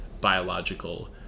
biological